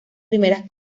primeras